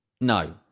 No